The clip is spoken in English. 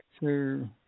Sir